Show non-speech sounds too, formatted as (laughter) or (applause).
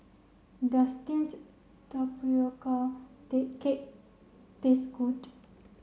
does steamed tapioca (unintelligible) cake taste good